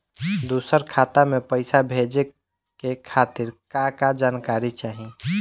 दूसर खाता में पईसा भेजे के खातिर का का जानकारी चाहि?